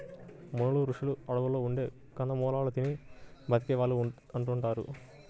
మునులు, రుషులు అడువుల్లో ఉండే కందమూలాలు తిని బతికే వాళ్ళు అంటుంటారు